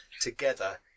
together